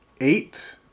eight